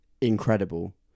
incredible